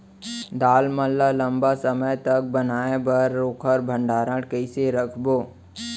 दाल मन ल लम्बा समय तक बनाये बर ओखर भण्डारण कइसे रखबो?